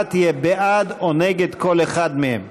ההצבעה תהיה בעד או נגד כל אחד מהם.